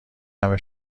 همه